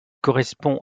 correspond